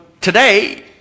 today